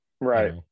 Right